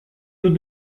nous